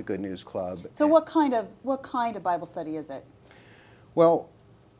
the good news club so what kind of what kind of bible study is a well